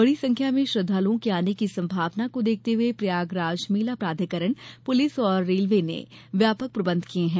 बड़ी संख्या में श्रद्धालुओं के आने की संभावना को देखते हुए प्रयागराज मेला प्राधिकरण पुलिस और रेलवे ने व्यापक प्रबंध किये हैं